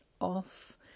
off